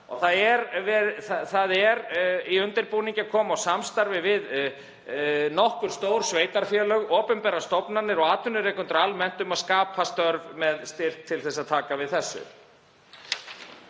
Það er í undirbúningi að koma á samstarfi við nokkur stór sveitarfélög, opinberar stofnanir og atvinnurekendur almennt um að skapa störf með styrk til að taka við þessu.